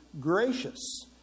gracious